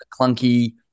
clunky